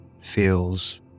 feels